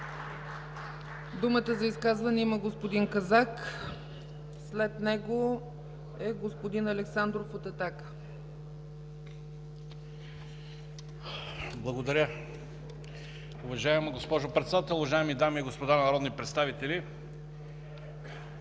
Думата за изказване има господин Казак, след него – господин Александров от „Атака”. ЧЕТИН КАЗАК (ДПС): Благодаря. Уважаема госпожо Председател, уважаеми дами и господа народни представители,